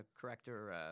corrector